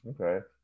Okay